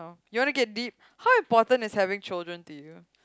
you wana deep how important is having children to you